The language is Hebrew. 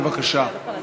בבקשה.